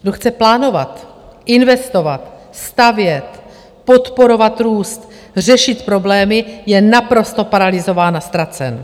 Kdo chce plánovat, investovat, stavět, podporovat růst, řešit problémy, je naprosto paralyzován a ztracen.